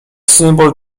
symbol